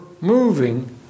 moving